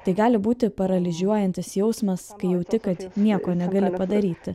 tai gali būti paralyžiuojantis jausmas kai jauti kad nieko negali padaryti